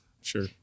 sure